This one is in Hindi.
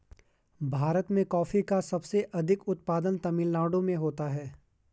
भीरत में कॉफी का सबसे अधिक उत्पादन तमिल नाडु में होता है